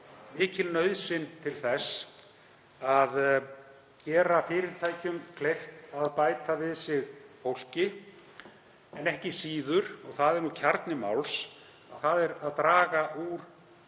mikil nauðsyn til þess að gera fyrirtækjum kleift að bæta við sig fólki en ekki síður, og það er kjarni máls, að draga úr